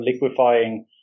liquefying